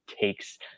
takes